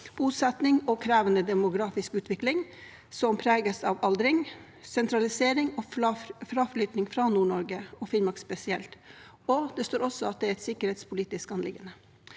bosetning og krevende demografisk utvikling som preges av aldring, sentralisering og fraflytting fra Nord-Norge, Finnmark spesielt. Det står også at det er et sikkerhetspolitisk anliggende.